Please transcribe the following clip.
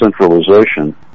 centralization